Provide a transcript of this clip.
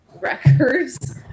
records